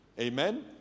Amen